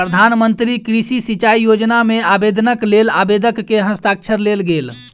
प्रधान मंत्री कृषि सिचाई योजना मे आवेदनक लेल आवेदक के हस्ताक्षर लेल गेल